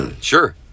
sure